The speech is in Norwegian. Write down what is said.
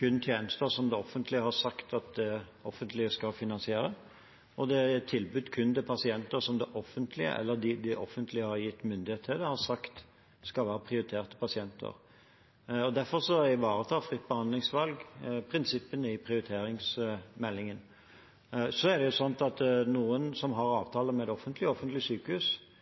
kun tjenester som det offentlige har sagt at det offentlige skal finansiere, og det er et tilbud kun til pasienter som det offentlige, eller dem det offentlige har gitt myndighet til, har sagt skal være prioriterte pasienter. Derfor ivaretar fritt behandlingsvalg prinsippene i prioriteringsmeldingen. Noen som har avtale med det offentlige og offentlige sykehus, kan jo oppleve at pasientene velger dem vekk. Det er en situasjon som de bør ta på største alvor, men det